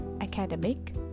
academic